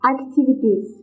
Activities